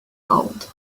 gold